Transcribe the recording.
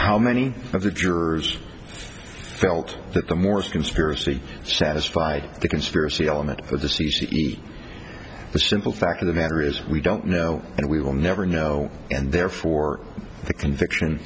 how many of the jurors felt that the more conspiracy satisfied the conspiracy element of the c c eat the simple fact of the matter is we don't know and we will never know and therefore the conviction